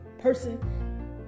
person